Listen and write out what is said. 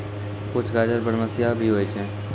कुछ गाजर बरमसिया भी होय छै